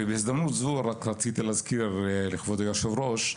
בהזדמנות זו רציתי להזכיר לכבוד היושב-ראש,